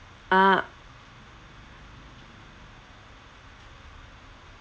ah